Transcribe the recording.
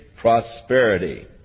prosperity